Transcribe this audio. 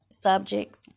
subjects